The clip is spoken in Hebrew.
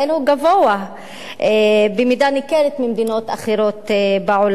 גבוה במידה ניכרת מבמדינות אחרות בעולם.